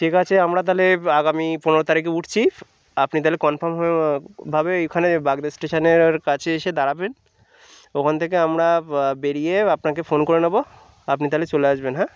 ঠিক আছে আমরা তাহলে আগামী পনেরো তারিখে উঠছি আপনি তাহলে কন্ফার্ম হয়ে ভাবে এখানে বাগদা স্টেশনের আর কাছে এসে দাঁড়াবেন ওখান থেকে আমরা বেরিয়ে আপনাকে ফোন করে নেবো আপনি তাহলে চলে আসবেন হ্যাঁ